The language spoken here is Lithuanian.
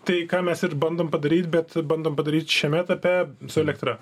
tai ką mes ir bandom padaryt bet bandom padaryt šiame etape su elektra